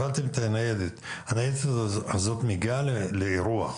הפעלתם את הניידת, הניידת הזאת מגיעה לאירוע.